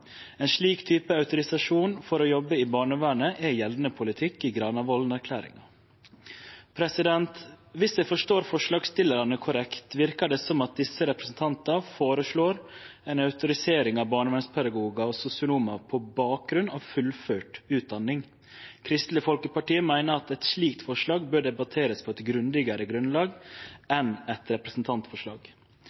Ein slik type autorisasjon for å jobbe i barnevernet er gjeldande politikk i Granavolden-plattforma. Viss eg forstår forslagsstillarane korrekt, verkar det som om desse representantane føreslår ei autorisering av barnevernspedagogar og sosionomar på bakgrunn av fullført utdanning. Kristeleg Folkeparti meiner at eit slikt forslag bør debatterast på eit grundigare grunnlag enn eit representantforslag.